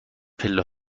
پله